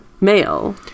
male